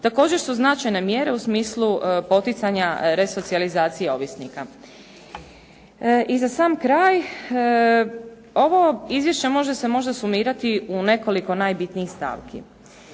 također su značajne mjere u smislu poticanja resocijalizacije ovisnika. I za sam kraj, ovo izvješće može se možda sumirati u nekoliko najbitnijih stavki.